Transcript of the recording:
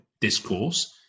discourse